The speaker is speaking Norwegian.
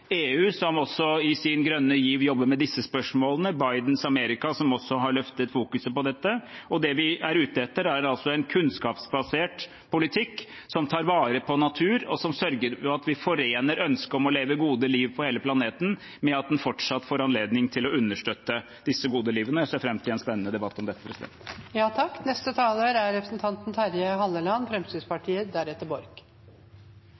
EU, som i sin grønne giv også jobber med disse spørsmålene, og Bidens Amerika, som også har løftet fokuset på dette. Det vi er ute etter, er en kunnskapsbasert politikk som tar vare på natur, og som sørger for at vi forener ønsket om å leve gode liv på hele planeten med at den fortsatt får anledning til å understøtte disse gode livene. Jeg ser fram til en spennende debatt om dette. I likhet med foregående taler vil jeg også si at dette er